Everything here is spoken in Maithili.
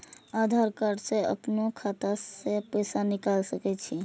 आधार कार्ड से अपनो खाता से पैसा निकाल सके छी?